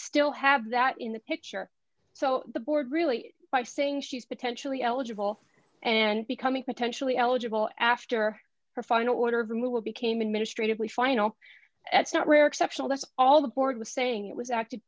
still have that in the picture so the board really by saying she is potentially eligible and becoming potentially eligible after her final order of removal became administrative leave final at somewhere exceptional that's all the board was saying it was acted